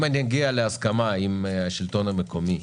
השלטון המקומי,